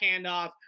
handoff